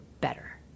better